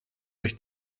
durch